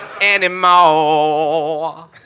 anymore